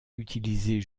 utilisée